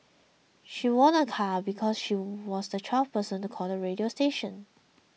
she won a car because she was the twelfth person to call the radio station